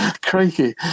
Crikey